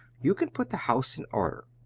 you can put the house in order.